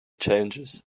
changes